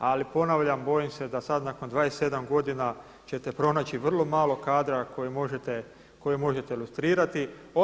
Ali ponavljam, bojim se da sad nakon 27 godina ćete pronaći vrlo malo kadra koji možete lustrirati.